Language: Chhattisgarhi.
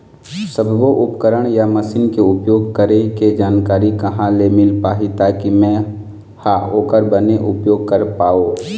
सब्बो उपकरण या मशीन के उपयोग करें के जानकारी कहा ले मील पाही ताकि मे हा ओकर बने उपयोग कर पाओ?